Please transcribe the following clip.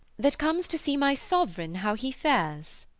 that comes to see my sovereign how he fares.